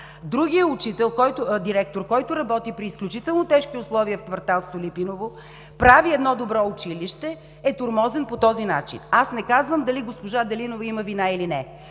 Другият директор, който работи при изключително тежки условия в квартал „Столипиново“, прави едно добро училище, е тормозен по този начин. Не казвам дали госпожа Делинова има вина или не.